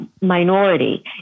minority